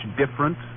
different